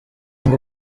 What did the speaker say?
ngo